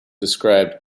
described